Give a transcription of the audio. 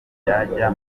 yajya